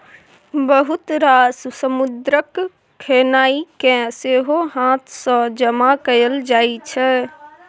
बहुत रास समुद्रक खेनाइ केँ सेहो हाथ सँ जमा कएल जाइ छै